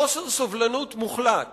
חוסר סובלנות מוחלט